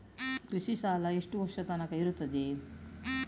ಕೃಷಿ ಸಾಲ ಎಷ್ಟು ವರ್ಷ ತನಕ ಇರುತ್ತದೆ?